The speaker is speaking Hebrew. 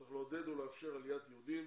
צריך לעודד ולאפשר עליית יהודים